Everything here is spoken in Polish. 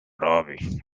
robi